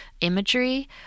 imagery